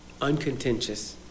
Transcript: uncontentious